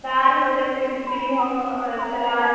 دال ہو جیسے کھچڑی ہو اور سلاد